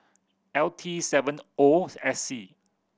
L T seven O S C